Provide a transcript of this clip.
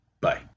Bye